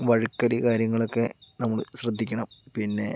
വഴുക്കല് കാര്യങ്ങളൊക്കെ നമ്മൾ ശ്രദ്ധിക്കണം പിന്നെ